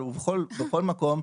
בכל מקום,